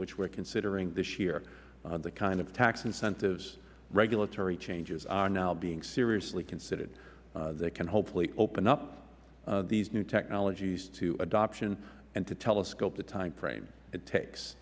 which we are considering this year the kind of tax incentives and regulatory changes are now being seriously considered that can hopefully open up these new technologies to adoption and to telescope the time frame it takes